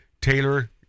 Taylor